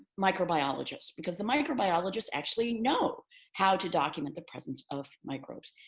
microbiologists, because the microbiologists actually know how to document the presence of microbes.